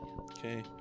Okay